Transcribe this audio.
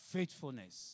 Faithfulness